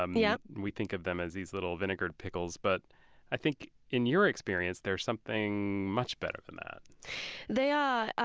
um yeah we think of them as these little vinegared pickles. but i think in your experience they're something much better than that they are.